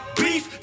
beef